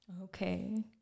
okay